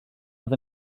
oedd